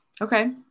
Okay